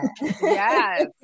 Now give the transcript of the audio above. yes